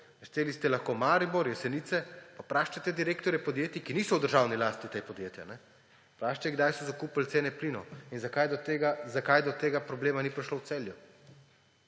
ste lahko Maribor, Jesenice. Pa vprašajte direktorje podjetij, niso v državni lasti ta podjetja, kdaj so zakupili cene plinov in zakaj do tega problema ni prišlo v Celju.